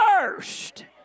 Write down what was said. first